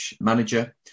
Manager